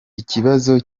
ikibazo